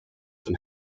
and